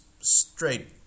straight